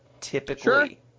typically